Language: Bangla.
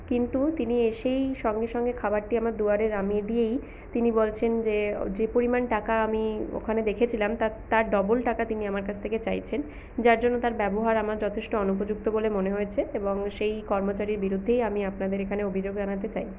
কিন্তু তিনি এসেই সঙ্গে সঙ্গে খাবারটি আমার দুয়ারে নামিয়ে দিয়েই তিনি বলছেন যে যে পরিমাণ টাকা আমি ওখানে দেখেছিলাম তার তার ডবল টাকা তিনি আমার কাছ থেকে চাইছেন যার জন্য তার ব্যবহার আমার যথেষ্ট অনুপযুক্ত বলে মনে হয়েছে এবং সেই কর্মচারীর বিরুদ্ধেই আমি আপনাদের এখানে অভিযোগ জানাতে চাই